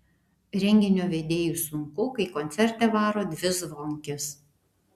renginio vedėjui sunku kai koncerte varo dvi zvonkės